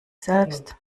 selbst